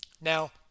Now